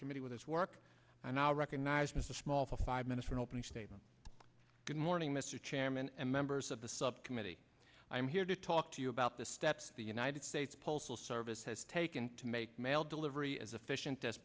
committee with this work and i recognize mr small five minutes in opening statement good morning mr chairman and members of the subcommittee i'm here to talk to you about the steps the united states postal service has taken to make mail delivery as efficient as